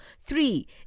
Three